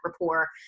rapport